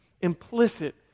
implicit